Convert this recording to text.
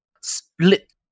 split